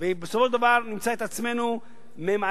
ובסופו של דבר נמצא את עצמנו מאיישים,